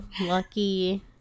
lucky